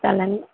సలన్